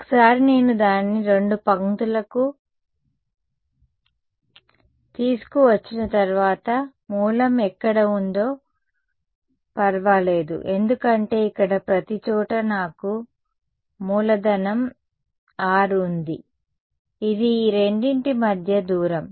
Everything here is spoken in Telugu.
ఒకసారి నేను దానిని రెండు పంక్తులకు తీసుకువచ్చిన తర్వాత మూలం ఎక్కడ ఉందో పర్వాలేదు ఎందుకంటే ఇక్కడ ప్రతిచోటా నాకు మూలధనం R ఉంది ఇది ఈ రెండింటి మధ్య దూరం